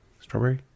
strawberry